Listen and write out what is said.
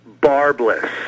barbless